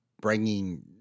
bringing